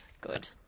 Good